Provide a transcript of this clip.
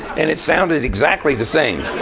and it sounded exactly the same.